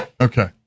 Okay